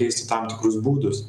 keisti tam tikrus būdus